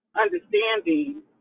understanding